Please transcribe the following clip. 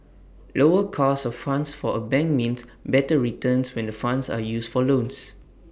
lower cost of funds for A bank means better returns when the funds are used for loans